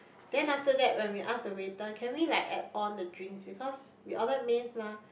then after that when we ask the waiter can we like add on the drinks because we order mains mah